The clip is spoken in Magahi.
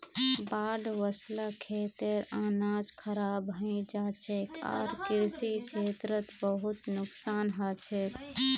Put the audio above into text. बाढ़ वस ल खेतेर अनाज खराब हई जा छेक आर कृषि क्षेत्रत खूब नुकसान ह छेक